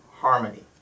Harmony